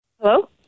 Hello